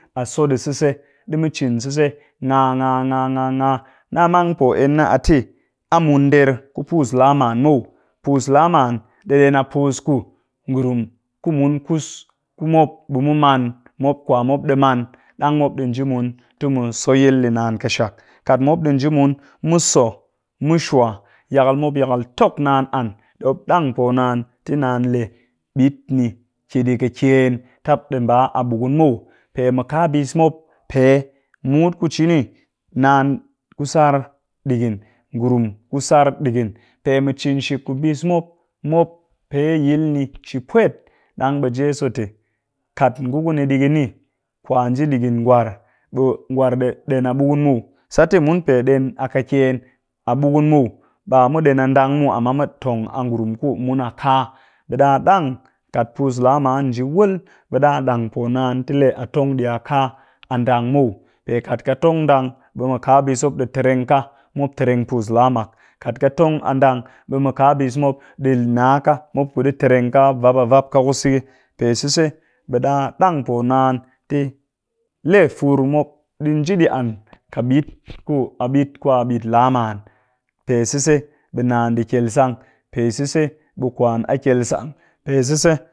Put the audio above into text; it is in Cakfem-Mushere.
A so ɗi sise, ɗi mu cin sise ngaa ngaa ngaa ngaa na mang po en a te a mun nder ku puus laa man muw, puus laa man ɗi ɗen a puus ku ngurum ku mun kus ku mop ɓe mu man mop kwa mop ɗi man dang mop ɗi nji mun ti mu soyil ɗi naan ƙɨshak. Kat mop nji mun mu so, mu shwa yakal mop ɗi yakal tok naan an mop ɗang po naan lee ɓit ni ki a kakyen tap ɗii mba a ɓukun muw, pe mukaa bis mop pe mut ku cini naan ku tsar ɗigin, ngurum ku tsar ɗigin pe mu cin shik ku bis mop, mop pe yil ni pwet ɗang ɓe jeso te, kat ngu ku ni ɗigin kwanji ɗigin gwar ɓe gwar ɗen ɓukun muw sat te mun pe ɗen a kakyen a ɓukun muw ba mu ɗen a dang muw amm mu tong a ngurum ku mun a kaa ɓe ɗa ɗang kat puus laa man nji wul ɓe ɗa dang po naan ti lee a tong ɗii a kaa a dang muw pe kat ka tong a dang ɓe mu kaa bis mop ɗi tireng ka mop tireng puus laa mak kat ka tong a dang be mu kaa bis mop ɗi naa ka mop ka ɗi tireng ka mop ɗi vwap a vwap ka ku sigi. Pe sise, ɓe ɗa dang po naan ti lee fur mop ɗi nji ɗi an ƙɨ ɓit ku a ɓit laa man. Pe sis, ɓe naan ɗi kyel sang, pe sise ɓe kwan a kyel sang pe sise